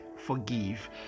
Forgive